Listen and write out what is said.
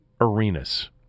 arenas